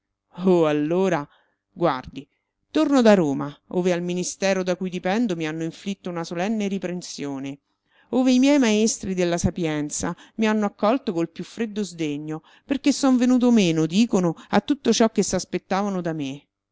oh allora guardi torno da roma ove al ministero da cui dipendo mi hanno inflitto una solenne riprensione ove i miei maestri della sapienza mi hanno accolto col più freddo sdegno perché son venuto meno dicono a tutto ciò che s'aspettavano da me